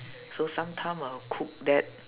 so sometime I'll cook that